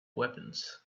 weapons